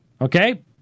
okay